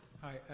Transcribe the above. Hi